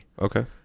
Okay